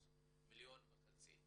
מיליון וחצי,